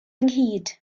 ynghyd